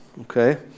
okay